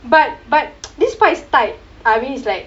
but but this part is tight I mean it's like